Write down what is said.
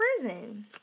prison